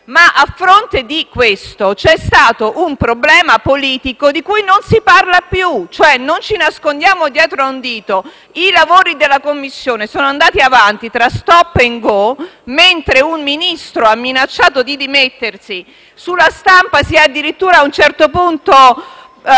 A fronte di questo, però, c'è stato un problema politico di cui non si parla più. Non nascondiamoci dietro a un dito: i lavori della Commissione sono andati avanti tra *stop and go*, mentre un Ministro ha minacciato di dimettersi e sulla stampa a un certo punto